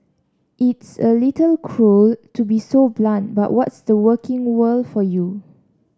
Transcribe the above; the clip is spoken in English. it's a little cruel to be so blunt but what's the working world for you